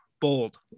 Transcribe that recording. bold